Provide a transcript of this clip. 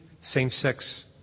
same-sex